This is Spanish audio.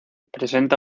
presenta